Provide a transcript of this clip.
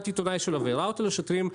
העיתונאי שלו והראה אותה לשוטרים,